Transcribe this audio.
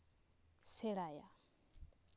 ᱥᱮᱬᱟᱭᱟ